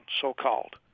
so-called